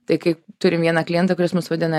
tai kai turim vieną klientą kuris mus vadina